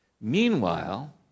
Meanwhile